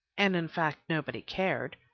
and in fact nobody cared,